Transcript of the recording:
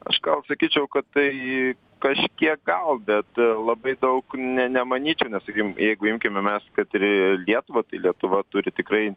aš gal sakyčiau kad tai kažkiek gal bet labai daug ne nemanyčiau nes sakykim jeigu imkime mes kad ir lietuvą tai lietuva turi tikrai